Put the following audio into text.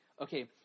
okay